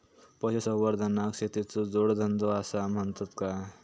पशुसंवर्धनाक शेतीचो जोडधंदो आसा म्हणतत काय?